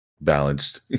balanced